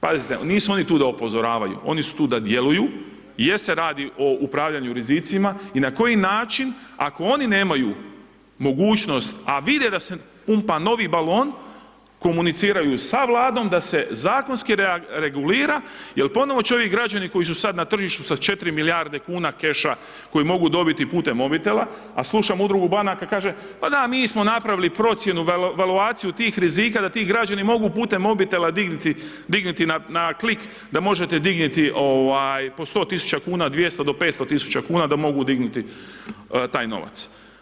Pazite, nisu oni tu da upozoravaju, oni su tu da djeluju jer se radi o upravljanju o rizicima i na koji način ako oni nemaju mogućnost a vide da se pumpa novi balon, komuniciraju sa Vladom da se zakonski regulira jer ponovno će ovi građani koji su sad na tržištu sa 4 milijarde kuna keša, koje mogu dobiti putem mobitela a slušam udrugu banaka, kaže pa da mi smo napravili procjenu, evaluaciju tih rizika da ti građani mogu putem mobitela dignuti na klik, da možete dignuti po 100 000 kuna, 200 do 500 000, da mogu dignuti taj novac.